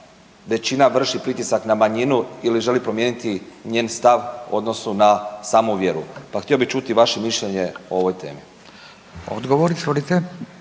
većina vrši pritisak na manjinu ili želi promijeniti njen stav u odnosu na samu vjeru. Pa htio bi čuti vaše mišljenje o ovoj temi. **Radin, Furio